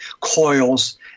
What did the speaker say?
coils